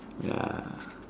ya